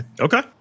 Okay